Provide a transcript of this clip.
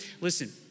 Listen